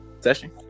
Session